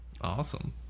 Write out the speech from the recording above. Awesome